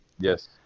Yes